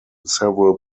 several